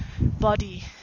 body